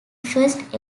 first